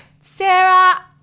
Sarah